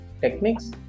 techniques